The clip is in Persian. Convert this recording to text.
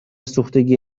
سوختگی